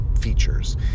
features